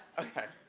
okay.